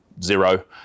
zero